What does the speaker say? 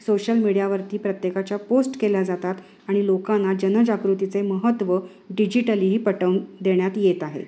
social मीडियावरती प्रत्येकाच्या post केल्या जातात आणि लोकांना जनजागृतीचे महत्त्व डिजिटलीही पटवून देण्यात येत आहे